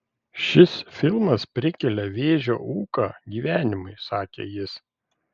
šis filmas prikelia vėžio ūką gyvenimui sakė jis